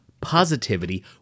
positivity